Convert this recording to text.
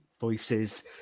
voices